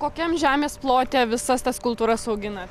kokiam žemės plote visas tas kultūras auginat